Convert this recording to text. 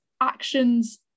actions